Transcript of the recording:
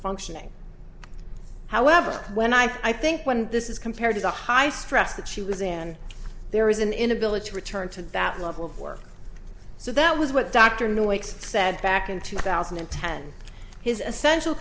functioning however when i think when this is compared to the high stress that she was in there is an inability to return to that level of work so that was what dr new wakes said back in two thousand and ten his essential